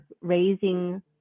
raising